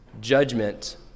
judgment